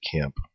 Camp